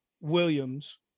Williams